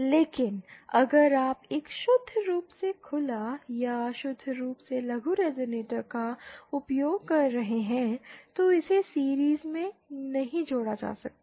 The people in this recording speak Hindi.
लेकिन अगर आप शुद्ध रूप से खुला या शुद्ध रूप से लघु रेज़ोनेटर का उपयोग कर रहे हैं तो इसे सीरिज़ में नहीं जोड़ा जा सकता है